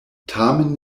tamen